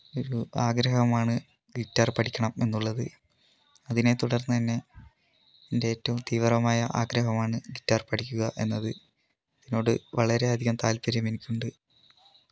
ഒരു ആഗ്രഹമാണ് ഗിറ്റാർ പഠിക്കണമെന്നുള്ളത് അതിനെ തുടർന്ന് തന്നെ എൻ്റെ ഏറ്റവും തീവ്രമായ ആഗ്രഹമാണ് ഗിറ്റാർ പഠിക്കുക എന്നത് അതിനോട് വളരെ അധികം താല്പര്യം എനിക്കുണ്ട്